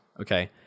Okay